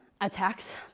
attacks